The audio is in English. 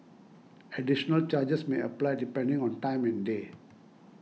additional charges may apply depending on time and day